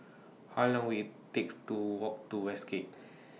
How Long Will IT takes to Walk to Westgate